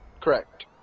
Correct